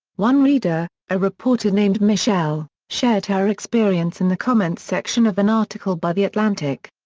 one reader, a reporter named michelle, shared her experience in the comments section of an article by the atlantic.